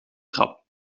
trap